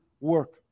work